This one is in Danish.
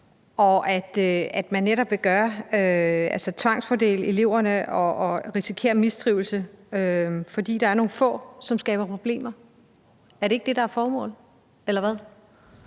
og at man netop vil tvangsfordele eleverne og risikere mistrivsel, fordi der er nogle få, som skaber problemer, hvad er det så, der er formålet?